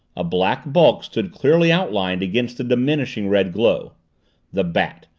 a black bulk stood clearly outlined against the diminishing red glow the bat,